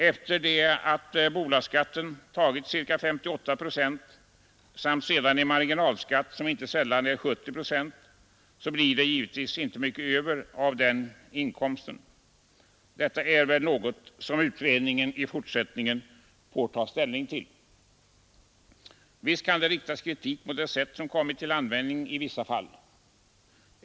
Efter det att bolagsskatten tagit ca 58 procent och det sedan uttagits en marginalskatt som inte sällan är 70 procent, blir det givetvis inte mycket över av den 117 inkomsten. Detta är väl något som utredningen i fortsättningen får ta ställning till. Visst kan det riktas kritik mot det sätt som kommit till användning i vissa fall.